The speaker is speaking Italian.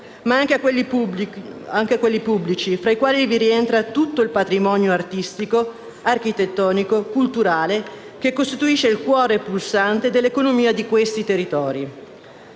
ma anche a quelli pubblici, fra i quali rientra tutto il patrimonio artistico, architettonico e culturale che costituisce il cuore pulsante dell'economia di quei territori.